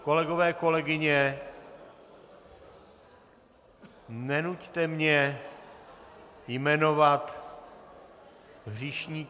Kolegové, kolegyně, nenuťte mě jmenovat hříšníky.